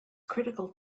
critical